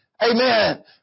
Amen